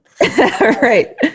right